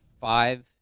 five